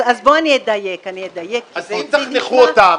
אז בוא אני אדייק -- אז תחנכו אותם,